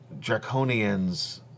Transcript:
draconians